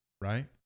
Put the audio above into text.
Right